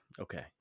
Okay